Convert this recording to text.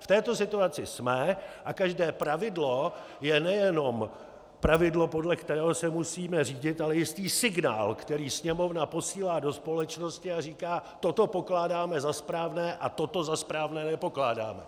V této situaci jsme a každé pravidlo je nejenom pravidlo, podle kterého se musíme řídit, ale jistý signál, který Sněmovna posílá do společnosti a říká: toto pokládáme za správné a toto za správné nepokládáme.